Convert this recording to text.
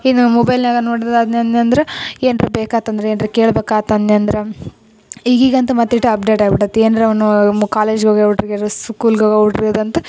ಇನ್ನು ಮೊಬೈಲ್ನ್ಯಾಗೆ ನೋಡಿದಾನ್ಯಂನ್ಯಂದ್ರೆ ಏನರ ಬೇಕಾತು ಅಂದರೆ ಏನರ ಕೇಳ್ಬಕಾತನ್ಯಂದ್ರೆ ಈಗೀಗ ಅಂತು ಮತ್ತಿಷ್ಟು ಅಪ್ಡೇಟ್ ಆಗ್ಬಿಟ್ಟಾತು ಏನರ ಕಾಲೇಜಿಗೆ ಹೋಗೊ ಹುಡ್ಗ್ಯಾರು ಸ್ಕೂಲ್ ಹೋಗೊ ಹುಡ್ಗುರ್ದ್ ಅಂತು